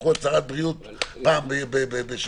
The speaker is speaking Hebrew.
שיצטרכו הצהרות בריאות פעם בשבוע.